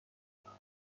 هستند